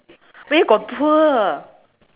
where got poor